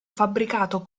fabbricato